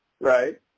Right